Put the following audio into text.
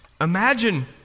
imagine